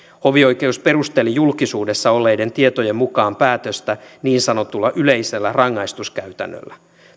hovioikeus perusteli julkisuudessa olleiden tietojen mukaan päätöstä niin sanotulla yleisellä rangaistuskäytännöllä